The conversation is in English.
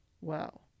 Wow